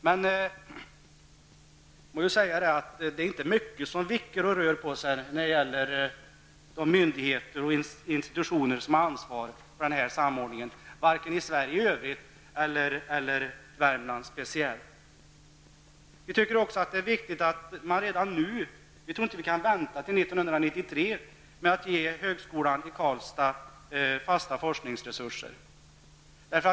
Men man må säga att det inte är mycket som vickar och rör på sig i de myndigheter och institutioner som har ansvar för den här samordningen, varken i Värmland eller i Sverige i övrigt. Vi tror inte att det går att vänta till år 1993 med att ge högskolan i Karlstad fasta forskningsresuser.